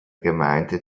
gemeinde